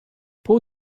pull